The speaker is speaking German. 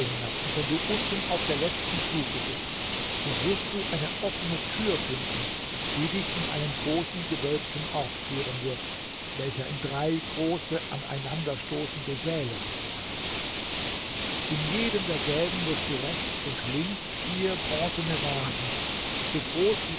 hinab und wenn du unten auf der letzten stufe bist so wirst du eine offene tür finden die dich in einen großen gewölbten ort führen wird welcher in drei große aneinanderstoßende säle abgeteilt ist in jedem derselben wirst du rechts und links vier bronzene vasen so groß wie